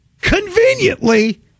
conveniently